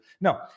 No